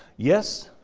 yes,